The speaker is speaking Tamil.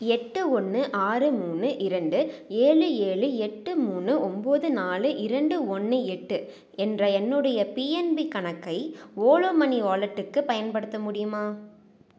எட்டு ஒன்று ஆறு மூணு இரண்டு ஏழு ஏழு எட்டு மூணு ஒன்போது நாலு இரண்டு ஒன்று எட்டு என்ற என்னுடைய பிஎன்பி கணக்கை ஓலோ மனி வாலெட்டுக்கு பயன்படுத்த முடியுமா